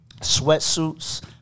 sweatsuits